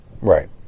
right